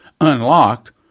unlocked